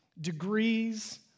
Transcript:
degrees